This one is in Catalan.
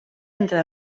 entre